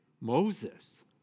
Moses